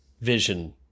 vision